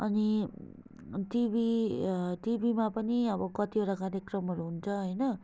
अनि टिभी टिभीमा पनि अब कतिवटा कार्यक्रमहरू हुन्छ होइन